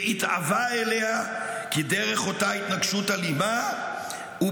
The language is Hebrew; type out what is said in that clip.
והתאווה אליה כי דרך אותה התנגשות אלימה הוא